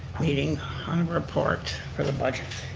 meeting on a report for the budget.